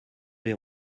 les